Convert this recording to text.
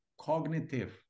cognitive